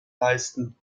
leisten